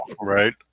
right